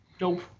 Nope